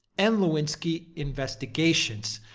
and lewinsky investigations.